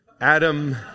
Adam